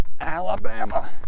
Alabama